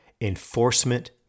Enforcement